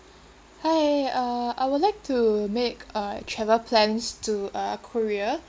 hi uh I would like to make uh travel plans to uh korea